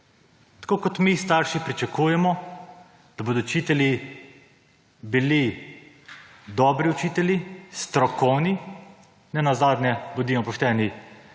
Tako kot mi starši pričakujemo, da bodo učitelji bili dobri učitelji, strokovni, nenazadnje, bodimo pošteni,